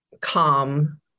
calm